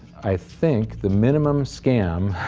i think the minimum scam